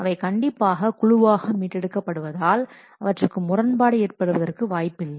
அவை கண்டிப்பாக குழுவாக மீட்டெடுக்க படுவதால் அவற்றுக்கு முரண்பாடு ஏற்படுவதற்கு வாய்ப்பில்லை